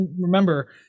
remember